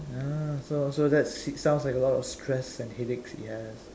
ah so so that's sounds like a lot of stress and headaches yes